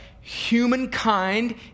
humankind